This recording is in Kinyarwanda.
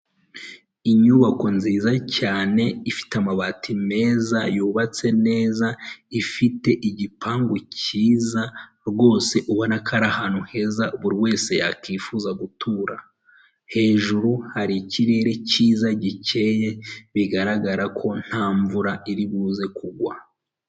Inyubako nziza cyane ifite amabati meza, yubatse neza, ifite igipangu cyiza, rwose ubona ko ari ahantu heza buri wese yakwifuza gutura, hejuru hari ikirere cyiza gikeye, bigaragara ko nta mvura iribuze kugwa.